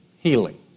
healing